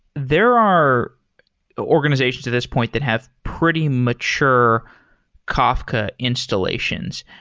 there are organizations to this point that have pretty mature kafka installations.